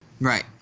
Right